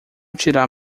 tirar